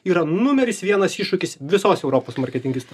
yra numeris vienas iššūkis visos europos marketingistam